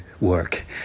work